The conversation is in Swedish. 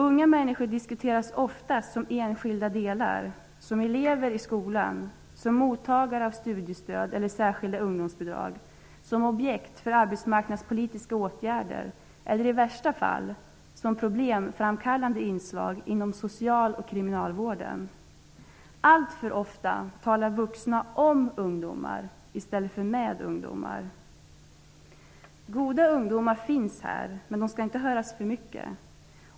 Unga människor diskuteras oftast som enskilda delar, som elever i skolan, som mottagare av studiestöd eller särskilda ungdomsbidrag, som objekt för arbetsmarknadspolitiska åtgärder eller i värsta fall som problemframkallande inslag inom social och kriminalvården. Alltför ofta talar vuxna om ungdomar i stället för med ungdomar. Det finns goda ungdomar, men de skall inte höras för mycket.